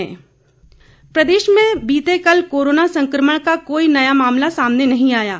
corona update प्रदेश में बीते कल कोरोना संक्रमण का कोई नया मामला सामने नहीं आया है